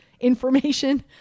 information